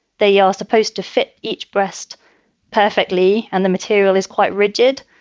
they are supposed to fit each breast perfectly and the material is quite rigid.